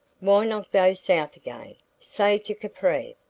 why not go south again say to capri?